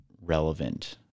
relevant